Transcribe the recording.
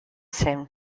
zen